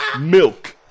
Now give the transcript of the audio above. milk